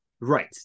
Right